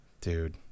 Dude